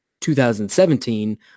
2017